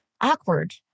awkward